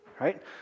Right